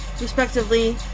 respectively